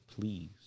please